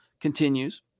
continues